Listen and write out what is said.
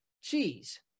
cheese